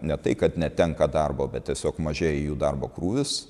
ne tai kad netenka darbo bet tiesiog mažėja jų darbo krūvis